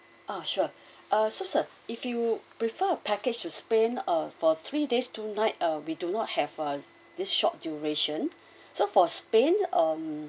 ah sure ah so sir if you prefer a package to spain uh for three days two night uh we do not have ah this short duration so for spain um